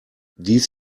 dies